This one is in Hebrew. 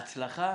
ההצלחה